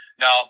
Now